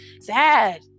sad